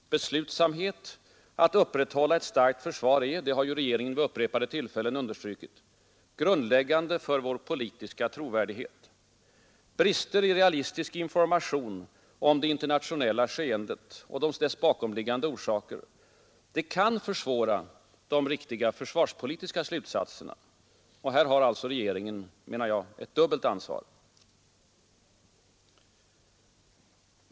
Beslutsamhet att upprätthålla ett starkt försvar är — det har ju regeringen vid upprepade tillfällen understrukit — grundläggande för vår politiska trovärdighet. Brister i realistisk information om det internationella skeendet och dess bakomliggande orsaker kan försvåra de riktiga försvarspolitiska slutsatserna. Här har alltså regeringen, menar jag, ett dubbelt ansvar.